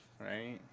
right